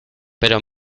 pero